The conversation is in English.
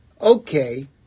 Okay